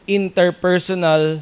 interpersonal